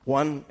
one